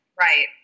Right